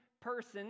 person